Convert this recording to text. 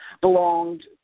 belonged